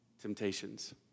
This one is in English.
temptations